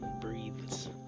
breathes